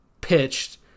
pitched